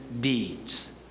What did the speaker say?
deeds